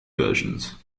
versions